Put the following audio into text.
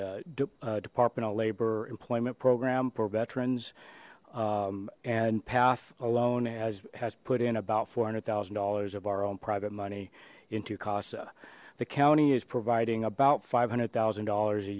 the department of labor employment program for veterans and path alone as has put in about four hundred thousand dollars of our own private money into casa the county is providing about five hundred thousand dollars a